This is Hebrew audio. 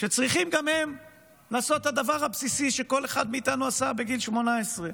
שצריכים גם הם לעשות את הדבר הבסיסי שכל אחד מאיתנו עשה בגיל 18,